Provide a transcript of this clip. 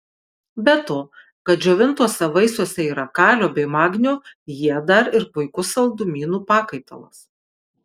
be to kad džiovintuose vaisiuose yra kalio bei magnio jie dar ir puikus saldumynų pakaitalas